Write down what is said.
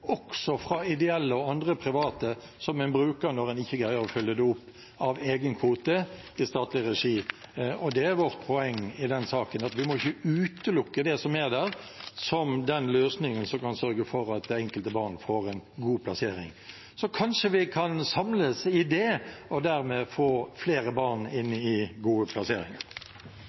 også fra ideelle og andre private – som en bruker når en ikke greier å fylle det opp av egen kvote i statlig regi. Og det er vårt poeng i denne saken, at vi ikke må utelukke det som er der, som den løsningen som kan sørge for at det enkelte barn får en god plassering. Så kanskje vi kan samles om det – og dermed få flere barn inn i gode plasseringer.